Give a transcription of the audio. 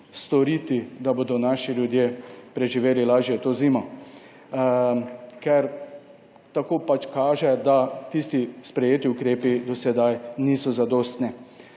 storiti, da bodo naši ljudje preživeli lažje to zimo, ker tako pač kaže, da tisti sprejeti ukrepi do sedaj niso zadostni,